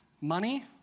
Money